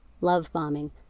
Love-bombing